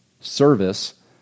service